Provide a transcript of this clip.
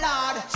Lord